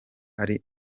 ari